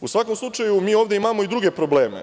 U svakom slučaju, mi ovde imamo i druge probleme.